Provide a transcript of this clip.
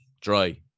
dry